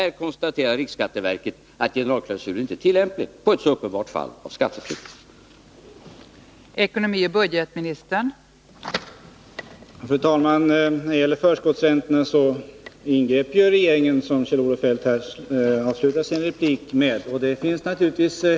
Rikskatteverket konstaterar att generalklausulen inte heller när det gäller ett så uppenbart fall av skatteflykt är tillämplig.